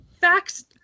Facts